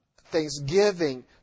thanksgiving